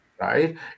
Right